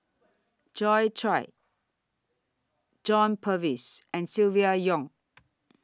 Joi Chua John Purvis and Silvia Yong